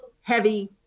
heavy